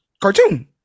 cartoon